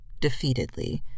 defeatedly